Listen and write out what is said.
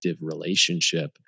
relationship